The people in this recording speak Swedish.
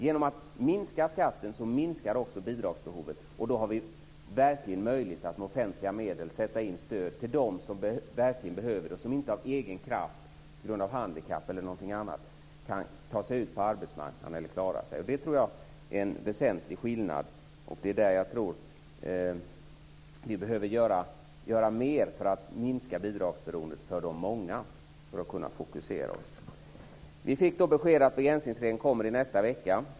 Genom att minska skatten minskar också bidragsbehovet, och då har vi verkligen möjlighet att med offentliga medel sätta in stöd till dem som verkligen behöver det och som inte av egen kraft på grund av handikapp eller någonting annat kan ta sig ut på arbetsmarknaden eller klara sig. Det tror jag är en väsentlig skillnad. Jag tror att vi behöver göra mer för att minska bidragsberoendet för de många för att kunna fokusera oss. Vi fick besked om att begränsningsregeln presenteras i nästa vecka.